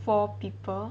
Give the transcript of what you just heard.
four people